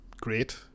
great